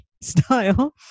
style